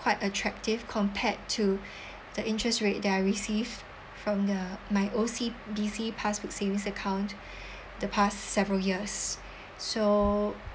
quite attractive compared to the interest rate that I receive from the my O_C_B_C passbook savings account the past several years so